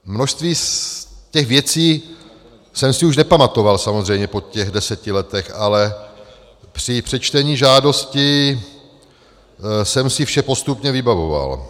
Množství z těch věcí jsem si už nepamatoval, samozřejmě, po těch deseti letech, ale při přečtení žádosti jsem si vše postupně vybavoval.